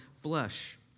flesh